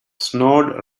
snowed